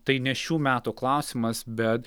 tai ne šių metų klausimas bet